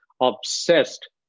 obsessed